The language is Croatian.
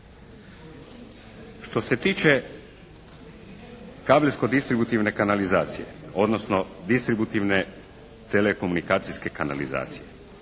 Što se tiče kabelsko-distributivne kanalizacije odnosno distributivne telekomunikacijske kanalizacije.